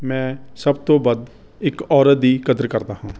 ਮੈਂ ਸਭ ਤੋਂ ਵੱਧ ਇੱਕ ਔਰਤ ਦੀ ਕਦਰ ਕਰਦਾ ਹਾਂ